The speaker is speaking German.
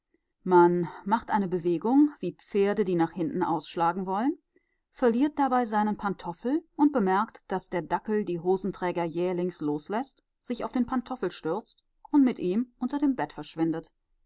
man macht eine bewegung wie pferde die nach hinten ausschlagen wollen verliert dabei seinen pantoffel und bemerkt daß der dackel die hosenträger jählings losläßt sich auf den pantoffel stürzt und mit ihm unter dem bett verschwindet